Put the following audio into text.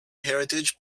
heritage